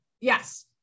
yes